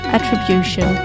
Attribution